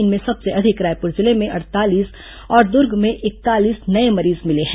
इनमें सबसे अधिक रायपुर जिले में अड़तालीस और दुर्ग में इकतालीस नये मरीज मिले हैं